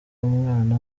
umwana